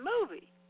movie